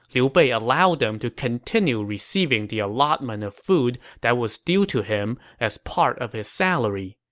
liu bei allowed them to continue receiving the allotment of food that was due to him as part of his salary.